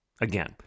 Again